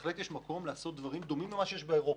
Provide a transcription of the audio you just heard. בהחלט יש מקום לעשות דברים דומים למה שיש באירופה.